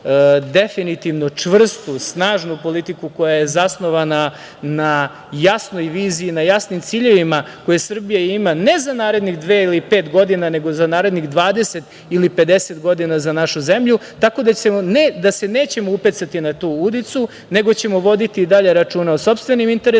vodi jednu čvrstu, snažnu politiku koja je zasnovana na jasnoj viziji, na jasnim ciljevima koje Srbija ima, ne za narednih dve ili pet godina, nego za narednih 20 ili 50 godina za našu zemlju. Tako da se nećemo upecati na tu udicu, nego ćemo voditi i dalje računa o sopstvenim interesima,